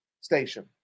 station